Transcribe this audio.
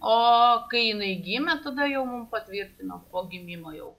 o kai jinai gimė tada jau mum patvirtino po gimimo jau